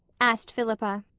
asked philippa.